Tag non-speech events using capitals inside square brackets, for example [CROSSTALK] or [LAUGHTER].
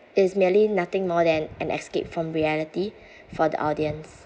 is merely nothing more than an escape from reality [BREATH] for the audience